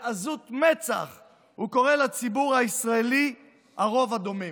בעזות מצח הוא קורא לציבור הישראלי "הרוב הדומם".